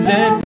Let